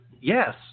yes